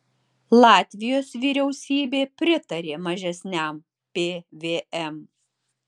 latvijos vyriausybė pritarė mažesniam pvm